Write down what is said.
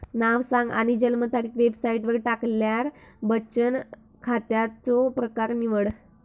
नाव सांग आणि जन्मतारीख वेबसाईटवर टाकल्यार बचन खात्याचो प्रकर निवड